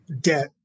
debt